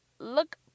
Look